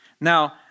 Now